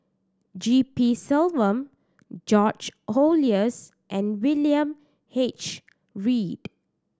G P Selvam George Oehlers and William H Read